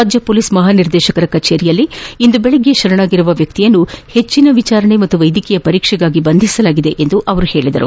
ರಾಜ police ಮಹಾನಿರ್ದೇಶಕರ ಕಚೇರಿಯಲ್ಲಿ ಇಂದು ಬೆಳಗ್ಗೆ ಶರಣಾಗಿರುವ ವ್ಯಕ್ತಿಯನ್ನು ಹೆಚ್ಚಿನ ವಿಚಾರಣೆ ಹಾಗೂ ವೈದ್ಯಕೀಯ ಪರೀಕ್ಷೆಗಾಗಿ ಬಂಧಿಸಲಾಗಿದೆ ಎಂದು ಅವರು ಹೇಳಿದ್ದಾರೆ